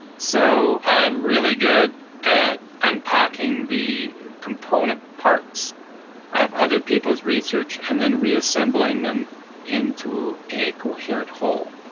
so i'm really good at unpacking the component parts of other people's research and then reassembling them into a coherent whole.